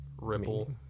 ripple